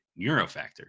Neurofactor